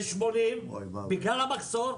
80 בגלל המחסור.